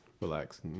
relax